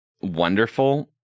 wonderful